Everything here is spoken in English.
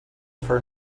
for